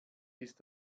ist